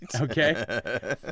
Okay